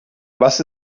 was